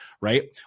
right